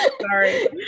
Sorry